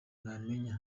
namenye